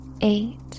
eight